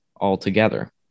altogether